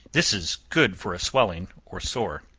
this is good for a swelling, or sore.